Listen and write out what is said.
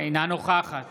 אינה נוכחת